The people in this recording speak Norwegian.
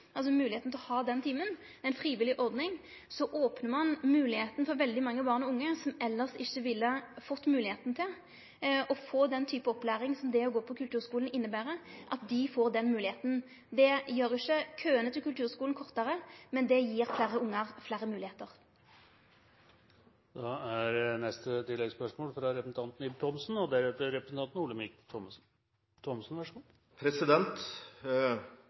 å ha den timen, det er ei frivillig ordning – gjev veldig mange barn og unge som elles ikkje ville fått det, moglegheita til å få den type opplæring som det å gå på kulturskulen inneber. Det gjer ikkje køane til kulturskulen kortare, men det gjev fleire ungar fleire moglegheiter. Ib Thomsen – til oppfølgingsspørsmål. Fremskrittspartiet og Enger-utvalget har mye til felles, og jeg er glad for at statsråden nå skal reise rundt i landet og